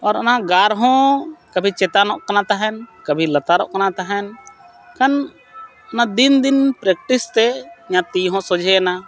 ᱟᱨ ᱚᱱᱟ ᱜᱟᱨ ᱦᱚᱸ ᱠᱟᱹᱰᱷᱤ ᱪᱮᱛᱟᱱᱚᱜ ᱠᱟᱱᱟ ᱛᱟᱦᱮᱱ ᱠᱟᱹᱰᱷᱤ ᱞᱟᱛᱟᱨᱚᱜ ᱠᱟᱱ ᱛᱟᱦᱮᱱ ᱠᱷᱟᱱ ᱚᱱᱟ ᱫᱤᱱ ᱫᱤᱱ ᱯᱨᱮᱠᱴᱤᱥ ᱛᱮ ᱤᱧᱟᱹᱜ ᱛᱤ ᱦᱚᱸ ᱥᱚᱡᱷᱮᱭᱮᱱᱟ